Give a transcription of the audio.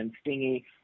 stingy